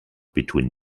between